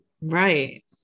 Right